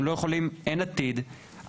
אין עתיד,